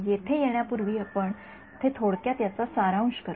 येथे येण्यापूर्वी आपण येथे थोडक्यात याचा सारांश करू